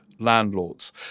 Landlords